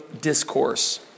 discourse